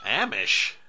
Amish